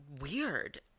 weird